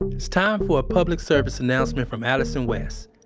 and it's time for a public service announcement from allyson west.